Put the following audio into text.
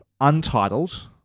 Untitled